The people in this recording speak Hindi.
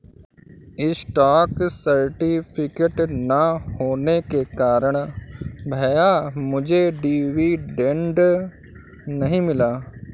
स्टॉक सर्टिफिकेट ना होने के कारण भैया मुझे डिविडेंड नहीं मिला